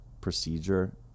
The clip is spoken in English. procedure